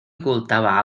ocultaba